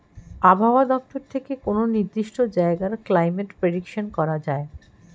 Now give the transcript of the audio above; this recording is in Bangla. আবহাওয়া দপ্তর থেকে কোনো নির্দিষ্ট জায়গার ক্লাইমেট প্রেডিকশন করা যায়